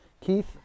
Keith